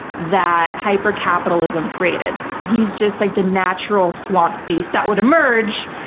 that hyper-capitalism created. he's just like the natural swamp beast that would emerge,